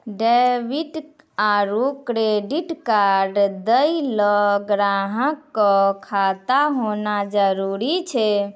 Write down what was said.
debit आरू credit card दैय ल ग्राहक क खाता होना जरूरी छै